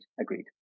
Agreed